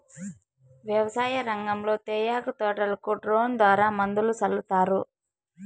వ్యవసాయ రంగంలో తేయాకు తోటలకు డ్రోన్ ద్వారా మందులు సల్లుతారు